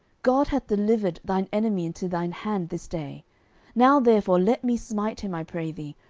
god hath delivered thine enemy into thine hand this day now therefore let me smite him, i pray thee,